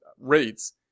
rates